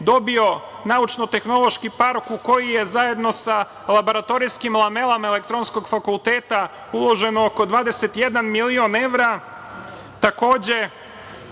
dobio Naučno-tehnološki park u koji je zajedno sa laboratorijskim lamelama Elektronskog fakulteta uloženo oko 21 milion